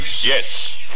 Yes